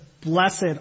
blessed